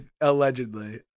allegedly